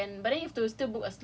but now you can stay for two hours